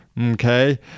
Okay